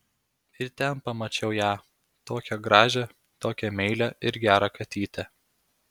ir ten pamačiau ją tokią gražią tokią meilią ir gerą katytę